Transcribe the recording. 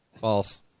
false